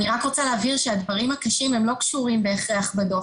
אני רק רוצה להבהיר שהדברים הקשים לא קשורים בהכרח בדוח.